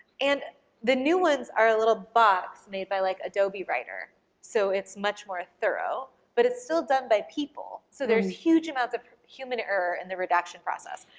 and the new ones are a little box made by like adobe writer so it's much more thorough but it's still done by people so there's huge amounts of human error in the redaction process.